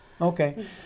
Okay